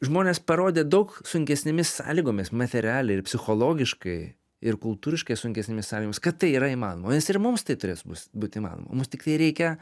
žmonės parodė daug sunkesnėmis sąlygomis materialiai ir psichologiškai ir kultūriškai sunkesnėmis sąlygomis kad tai yra įmanoma nes ir mums tai turės bus būti įmanoma mums tiktai reikia